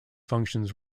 functions